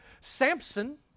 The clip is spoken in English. Samson